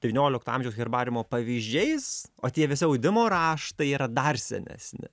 devyniolikto amžiaus herbariumo pavyzdžiais o tie visi audimo raštai yra dar senesni